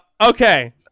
Okay